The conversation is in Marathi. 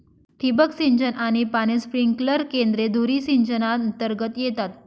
ठिबक सिंचन आणि पाणी स्प्रिंकलर केंद्रे धुरी सिंचनातर्गत येतात